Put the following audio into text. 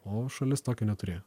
o šalis tokio neturėjo